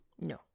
No